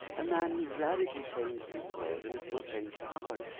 a man who radically changed his world, and is still changing ours,